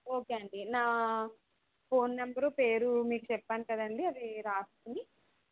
okay అండి నా phone number పేరు మీకు చెప్పాను కదండీ అది రాసుకుని